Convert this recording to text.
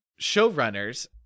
showrunners